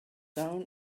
down